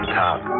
top